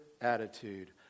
attitude